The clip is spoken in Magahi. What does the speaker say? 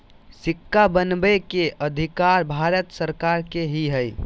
सिक्का बनबै के अधिकार भारत सरकार के ही हइ